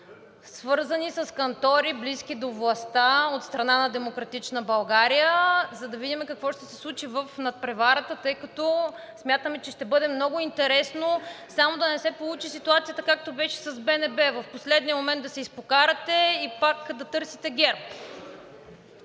свързани с кантори, близки до властта, от страна на „Демократична България“, за да видим какво ще се случи в надпреварата, тъй като смятаме, че ще бъде много интересно. Само да не се получи ситуацията, както беше с БНБ – в последния момент да се изпокарате и пак да търсите ГЕРБ.